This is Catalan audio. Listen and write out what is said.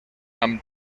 amb